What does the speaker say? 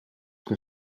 que